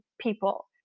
people